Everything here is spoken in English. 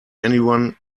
anyone